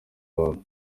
bantu